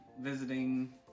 visiting